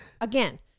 Again